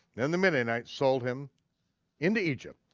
then the midianites sold him into egypt,